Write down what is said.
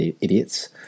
idiots